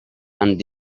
and